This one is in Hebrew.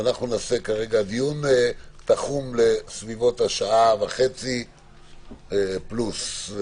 הדיון תחום לסביבות השעה וחצי פלוס.